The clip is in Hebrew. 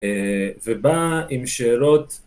ובא עם שאלות